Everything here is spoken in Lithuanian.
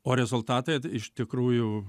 o rezultatai iš tikrųjų